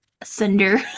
thunder